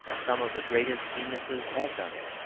some of the greatest geniuses have done it,